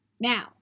Now